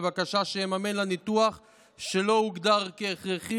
בבקשה שיממן לה ניתוח שלא הוגדר כהכרחי,